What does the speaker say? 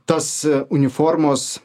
tas uniformos